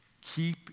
Keep